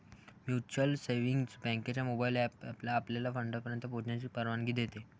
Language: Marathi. म्युच्युअल सेव्हिंग्ज बँकेचा मोबाइल एप आपल्याला आपल्या फंडापर्यंत पोहोचण्याची परवानगी देतो